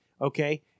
Okay